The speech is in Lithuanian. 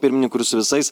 pirmininku ir su visais